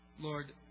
Lord